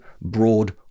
broad